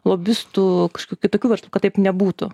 lobistų kažkokių kitokių verslų kad taip nebūtų